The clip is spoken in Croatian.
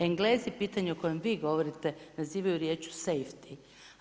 Englezi, pitanje o kojem vi govorite nazivaju riječju safety.